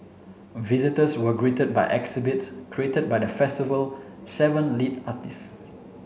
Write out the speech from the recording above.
visitors were greeted by exhibits created by the festival seven lead artist